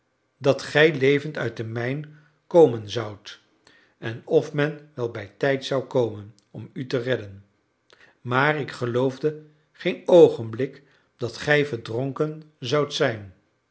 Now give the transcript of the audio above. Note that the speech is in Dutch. dat gij levend uit de mijn komen zoudt en of men wel bijtijds zou komen om u te redden maar ik geloofde geen oogenblik dat gij verdronken zoudt zijn